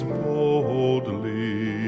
boldly